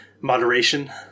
Moderation